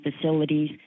facilities